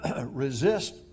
Resist